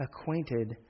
acquainted